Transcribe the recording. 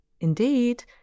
Indeed